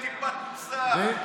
אין להם טיפת מוסר,